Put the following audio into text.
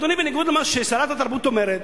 אדוני, בניגוד למה ששרת התרבות אומרת,